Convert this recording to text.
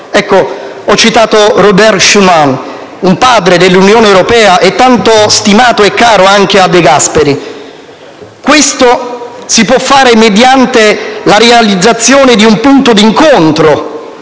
ho citato Robert Schuman, un padre dell'Unione europea, tanto stimato e caro anche a De Gasperi. Questo si può fare mediante la realizzazione di un punto di incontro,